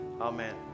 Amen